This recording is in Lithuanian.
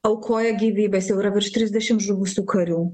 aukoja gyvybes jau yra virš trisdešim žuvusių karių